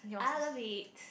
I love it